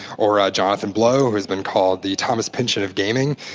or ah jonathan blow, who has been called the thomas pinchon of gaming.